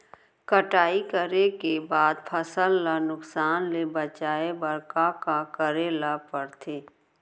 कटाई करे के बाद फसल ल नुकसान ले बचाये बर का का करे ल पड़थे?